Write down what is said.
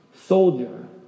soldier